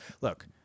Look